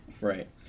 Right